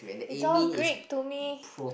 it's all great to me